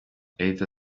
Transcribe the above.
leta